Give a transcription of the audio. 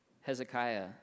Hezekiah